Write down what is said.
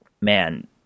man